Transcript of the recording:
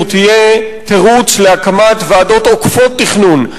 תהיה תירוץ להקמת ועדות עוקפות תכנון,